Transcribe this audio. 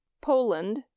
Poland